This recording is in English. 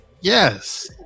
yes